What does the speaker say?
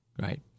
Right